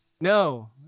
No